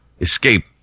Escape